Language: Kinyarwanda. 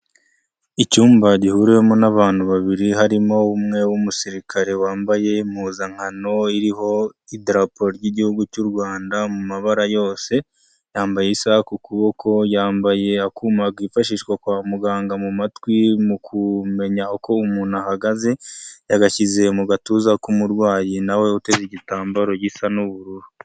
Icyumba gihuriwemo n'abantu babiri harimo umwe w'umusirikare wambaye impuzankano iriho idarapo ry'igihugu cy'u Rwanda mu mabara yose, yambaye isaha ku kuboko yambaye yifashishwa kwa muganga mu matwi mu kumenya uko umuntu ahagaze, yagashyize mu gatuza k'umurwayi nawe uteze igitambaro gisa n'ubururu.